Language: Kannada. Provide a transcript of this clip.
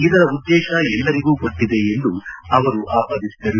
ಇದರ ಉದ್ದೇಶ ಎಲ್ಲರಿಗೂ ಗೊತ್ತಿದೆ ಎಂದು ಅವರು ಆಪಾದಿಸಿದರು